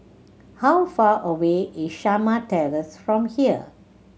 how far away is Shamah Terrace from here